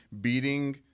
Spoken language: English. beating